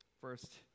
first